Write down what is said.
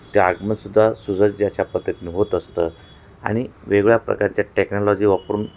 त्या आगमनसुद्धा सुसज्ज अशा पद्धतीनं होत असतं आणि वेगळ्या प्रकारच्या टेक्नॉलॉजी वापरून